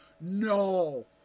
No